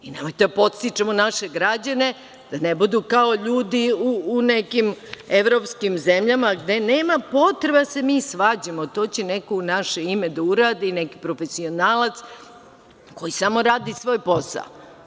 Nemojte da podstičemo naše građane da ne budu, kao ljudi u nekim evropskim zemljama, gde nema potrebe da se mi svađamo, to će neko u naše ime da uradi, neki profesionalac koji samo radi svoj posao.